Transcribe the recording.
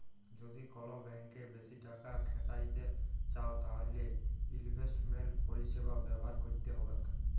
যদি কল ব্যাংকে বেশি টাকা খ্যাটাইতে চাউ তাইলে ইলভেস্টমেল্ট পরিছেবা ব্যাভার ক্যইরতে হ্যবেক